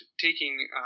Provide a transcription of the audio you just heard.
taking